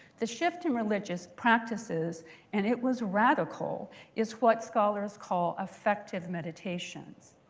the shift in religious practices and it was radical is what scholars call effective meditations.